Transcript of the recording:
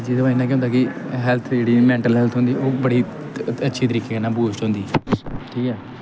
जेह्दे बजह् कन्नै केह् होंदा कि हैल्थ जेह्ड़ी मैंटल हैल्थ होंदी ओह् बड़े अच्छे तरीके कन्नै बूस्ट होंदी ठीक ऐ